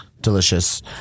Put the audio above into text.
delicious